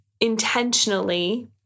intentionally